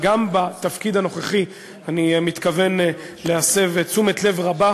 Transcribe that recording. וגם בתפקיד הנוכחי אני מתכוון להסב תשומת לב רבה